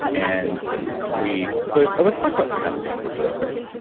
and we could. oh, let's talk about testing really quick.